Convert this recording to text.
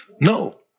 No